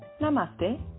Namaste